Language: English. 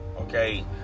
okay